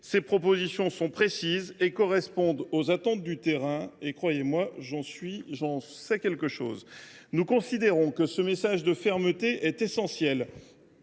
Ses propositions sont précises et correspondent aux attentes du terrain – croyez moi, j’en sais quelque chose ! Nous considérons que ce message de fermeté est essentiel.